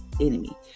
enemy